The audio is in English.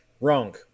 Wrong